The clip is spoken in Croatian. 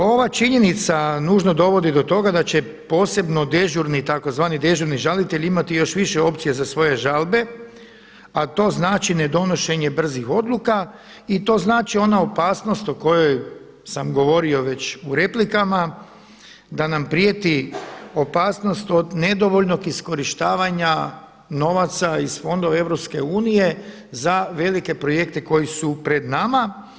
Ova činjenica nužno dovodi do toga da će posebno dežurni tzv. dežurni žalitelj imati još više opcija za svoje žalbe a to znači nedonošenje brzih odluka i to znači ona opasnost o kojoj sam govorio već u replikama da nam prijeti opasnost od nedovoljnog iskorištavanja novaca iz fondova EU za velike projekte koji su pred nama.